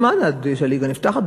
זמן עד שהליגה נפתחת,